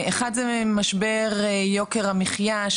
הדבר הראשון הוא משבר יוקר המחייה,